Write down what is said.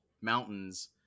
mountains